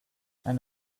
and